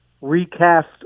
recast